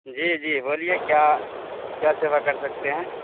جی جی بولیے کیا کیا سیوا کر سکتے ہیں